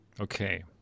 Okay